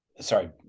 sorry